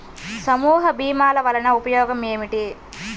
సమూహ భీమాల వలన ఉపయోగం ఏమిటీ?